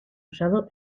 usado